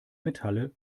metalle